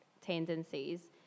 tendencies